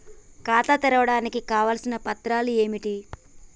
ఖాతా తెరవడానికి కావలసిన పత్రాలు ఏమిటి?